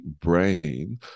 brain